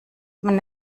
dann